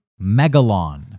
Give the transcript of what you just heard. Megalon